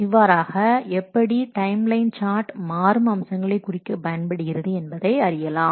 இவ்வாறாக எப்படி time line chart மாறும் அம்சங்களை குறிக்கப் பயன்படுகிறது என்பதை அறியலாம்